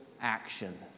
action